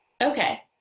Okay